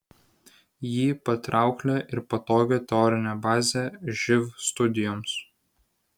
jį patrauklia ir patogia teorine baze živ studijoms